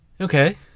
Okay